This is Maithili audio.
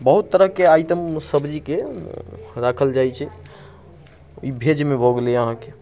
बहुत तरहके आइटम सब्जीके राखल जाइत छै ई वेजमे भऽ गेलै अहाँकेँ